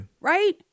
Right